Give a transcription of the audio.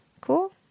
Cool